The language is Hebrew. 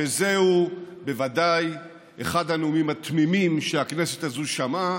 שזהו ודאי אחד הנאומים התמימים שהכנסת הזאת שמעה,